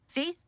See